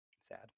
sad